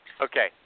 Okay